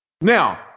Now